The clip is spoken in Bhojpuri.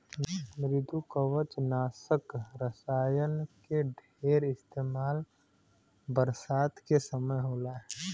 मृदुकवचनाशक रसायन के ढेर इस्तेमाल बरसात के समय होला